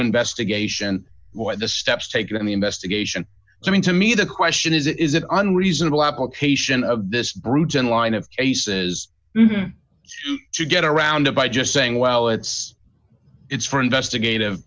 investigation why the steps taken in the investigation i mean to me the question is is it an reasonable application of this brute gen line of cases to get around it by just saying well it's it's for investigative